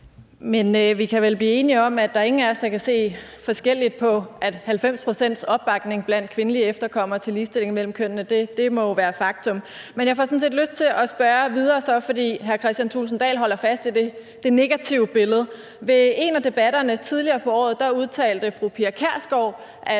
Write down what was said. Men vi kan vel blive enige om, at der er ingen af os, der kan se forskelligt på, at 90 pct.s opbakning blandt kvindelige efterkommere til ligestilling mellem kønnene må være et faktum. Så får jeg sådan set lyst til at spørge videre, fordi hr. Kristian Thulesen Dahl holder fast i det negative billede. Ved en af debatterne tidligere på året udtalte fru Pia Kjærsgaard,